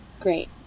great